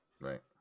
Right